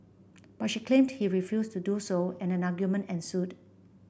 but she claimed he refused to do so and an argument ensued